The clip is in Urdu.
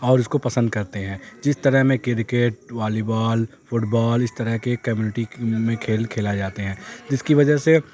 اور اس کو پسند کرتے ہیں جس طرح میں cricket volleyball football اس طرح کے کمیونٹی میں کھیل کھیلائے جاتے ہیں جس کی وجہ سے